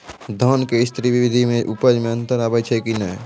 धान के स्री विधि मे उपज मे अन्तर आबै छै कि नैय?